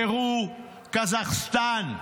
פרו, קזחסטן.